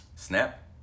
Snap